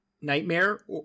Nightmare